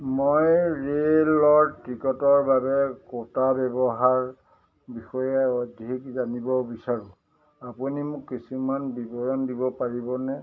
মই ৰে লৰ টিকটৰ বাবে কোটা ব্যৱহাৰ বিষয়ে অধিক জানিব বিচাৰোঁ আপুনি মোক কিছুমান বিৱৰণ দিব পাৰিবনে